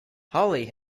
holly